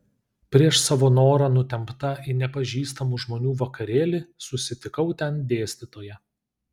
prieš savo norą nutempta į nepažįstamų žmonių vakarėlį susitikau ten dėstytoją